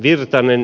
virtanen